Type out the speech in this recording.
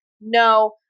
no